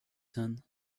son